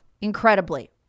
incredibly